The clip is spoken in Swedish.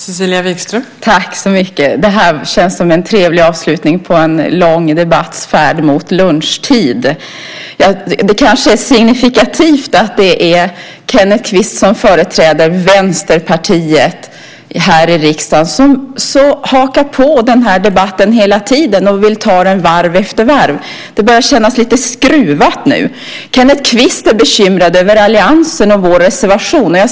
Fru talman! Det känns som en trevlig avslutning på en lång debatts färd mot lunchtid. Det kanske är signifikativt att det är Kenneth Kvist som företräder Vänsterpartiet här i riksdagen som hakar på den här debatten hela tiden och vill ta den varv efter varv. Det börjar kännas lite skruvat nu. Kenneth Kvist är bekymrad över alliansen och vår reservation.